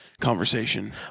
conversation